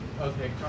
okay